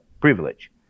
privilege